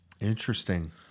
Interesting